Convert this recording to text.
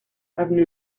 avenue